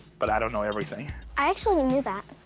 but i don't know everything. i actually knew that.